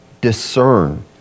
discern